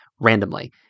randomly